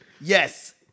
Yes